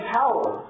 power